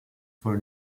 for